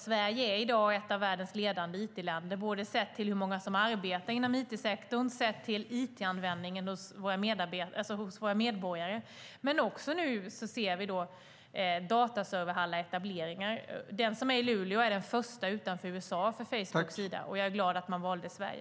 Sverige är i dag ett av världens ledande it-länder, både sett till hur många som arbetar inom it-sektorn och sett till it-användningen hos våra medborgare, men nu ser vi även dataserverhallar etableras. Den i Luleå är den första utanför USA från Facebook, och jag är glad att man valde Sverige.